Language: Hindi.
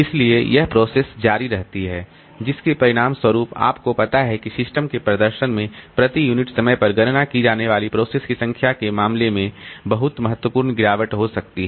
इसलिए यह प्रोसेस जारी रहती है जिसके परिणामस्वरूप आपको पता है कि सिस्टम के प्रदर्शन में प्रति यूनिट समय पर गणना की जाने वाली प्रोसेस की संख्या के मामले में बहुत महत्वपूर्ण गिरावट हो सकती है